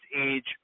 age